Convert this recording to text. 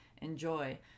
enjoy